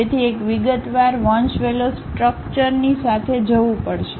તેથી એક વિગતવાર વંશવેલો સ્ટ્રક્ચર ની સાથે જવું પડશે